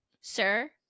sir